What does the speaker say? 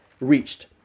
reached